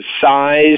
size